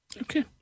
okay